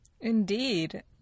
Indeed